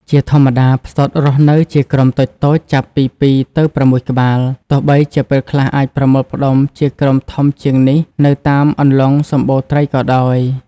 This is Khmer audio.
ជាធម្មតាផ្សោតរស់នៅជាក្រុមតូចៗ ចាប់ពី ២ ទៅ ៦ ក្បាល ទោះបីជាពេលខ្លះអាចប្រមូលផ្តុំគ្នាជាក្រុមធំជាងនេះនៅតាមអន្លង់សម្បូរត្រីក៏ដោយ។